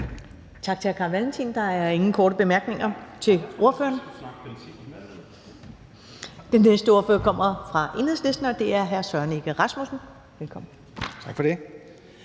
Tak til hr. Carl Valentin. Der er ingen korte bemærkninger til ordføreren. Den næste ordfører kommer fra Enhedslisten, og det er hr. Søren Egge Rasmussen. Velkommen. Kl.